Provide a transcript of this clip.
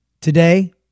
today